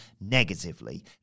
negatively